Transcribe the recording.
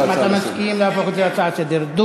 מיקי, האם אתה מסכים להפוך את זה להצעה לסדר-היום?